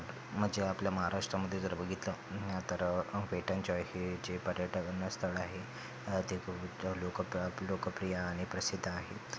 म्हणजे आपल्या महाराष्ट्रामध्ये जर बघितलं तर वेट एन जॉय हे जे पर्यटन स्थळ आहे ते खूप लोकप लोकप्रिय आणि प्रसिद्ध आहे